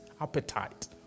appetite